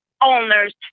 owners